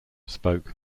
spoke